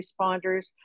responders